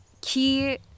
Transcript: Key